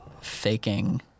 faking